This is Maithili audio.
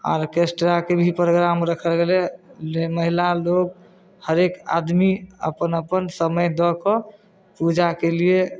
ऑरकेस्ट्राके भी प्रोग्राम रखल गेलै ले महिला लोक हरेक आदमी अपन अपन समय दऽ कऽ पूजा केलिए